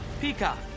Peacock